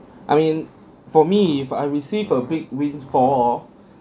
I mean for me if I receive a big windfall